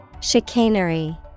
Chicanery